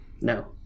no